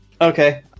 Okay